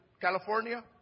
California